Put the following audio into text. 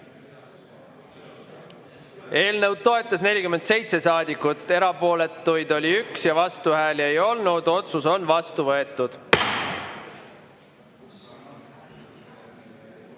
Eelnõu toetas 47 saadikut, erapooletuid oli 1 ja vastuhääli ei olnud. Otsus on vastu võetud.